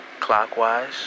clockwise